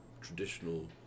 traditional